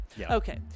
okay